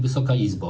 Wysoka Izbo!